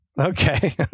Okay